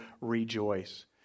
rejoice